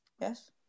Yes